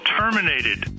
terminated